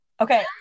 Okay